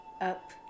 up